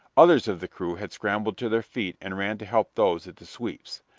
others of the crew had scrambled to their feet and ran to help those at the sweeps.